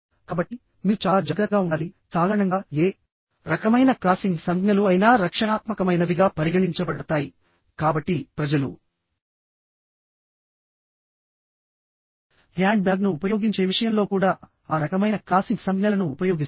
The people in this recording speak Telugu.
కాబట్టి మీరు చాలా జాగ్రత్తగా ఉండాలి సాధారణంగా ఏ రకమైన క్రాసింగ్ సంజ్ఞలు అయినా రక్షణాత్మకమైనవిగా పరిగణించబడతాయి కాబట్టి ప్రజలు హ్యాండ్బ్యాగ్ను ఉపయోగించేవిషయంలో కూడా ఆ రకమైన క్రాసింగ్ సంజ్ఞలను ఉపయోగిస్తారు